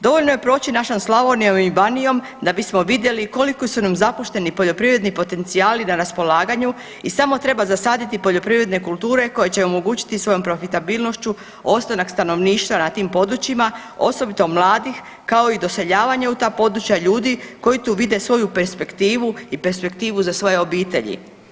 Dovoljno je proći našom Slavonijom i Banijom da bismo vidjeli koliko su nam zapušteni poljoprivredni potencijali na raspolaganju i samo treba zasaditi poljoprivredne kulture koje će omogućiti svojom profitabilnošću ostanak stanovništva na tim područjima, osobito mladih kao i doseljavanje u ta područja ljudi koji tu vide svoju perspektivu i perspektivu za svoje obitelji.